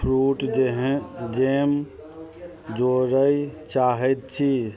fruit जेहन jam जोड़ै चाहै छी